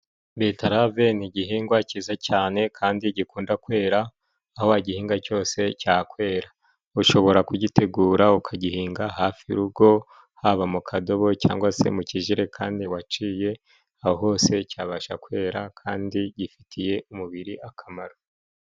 Betarave ni igihingwa cyiza cyane kandi gikunda kwera aho wagihinga cyose cyakwera, ushobora kugitegura ukagihinga hafi y'urugo haba mu kadobo cyangwa se mu kijerekani waciye aho hose cyabasha kwera kandi gifitiye umubiri akamaro.